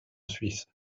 suisse